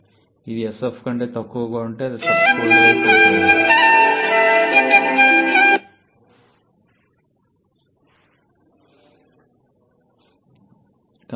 ఇది sf కంటే తక్కువగా ఉంటే అది సబ్ కూల్డ్ వైపు ఉంటుంది ఇది అరుదుగా జరుగుతుంది